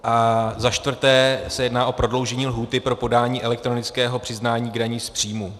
A za čtvrté se jedná o prodloužení lhůty pro podání elektronického přiznání k dani z příjmu.